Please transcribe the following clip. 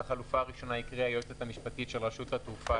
את החלופה הראשונה הקריאה היועצת המשפטית של רשות התעופה האזרחית.